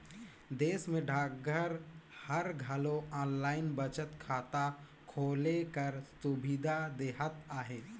देस में डाकघर हर घलो आनलाईन बचत खाता खोले कर सुबिधा देहत अहे